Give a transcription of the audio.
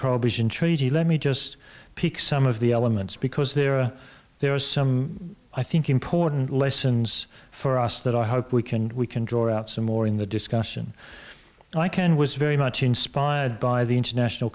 prohibition treaty let me just pick some of the elements because there are there are some i think important lessons for us that i hope we can we can draw out some more in the discussion so i can was very much inspired by the international